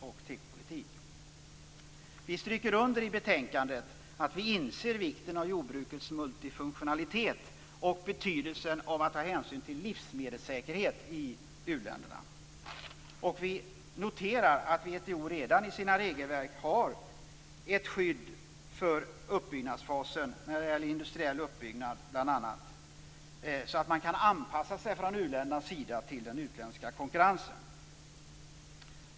Vi understryker i betänkandet att vi inser vikten av jordbrukets multifunktionalitet och betydelsen av att ta hänsyn till livsmedelssäkerhet i u-länderna. Vi noterar att WTO redan i sina regelverk har gett skydd för den industriella uppbyggnadsfasen, så att uländerna kan anpassa sig till den utländska konkurrensen.